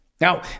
Now